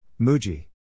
Muji